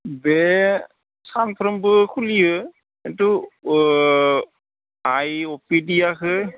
बे सानफ्रोमबो खुलियो खिन्थु आय अपिदियाखौ